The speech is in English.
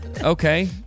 Okay